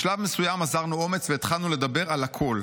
בשלב מסוים אזרנו אומץ והתחלנו לדבר על הכול: